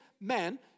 men